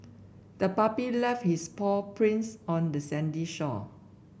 the puppy left its paw prints on the sandy shore